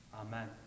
Amen